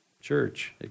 church